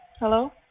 Hello